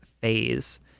phase